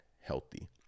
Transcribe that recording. healthy